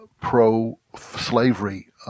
pro-slavery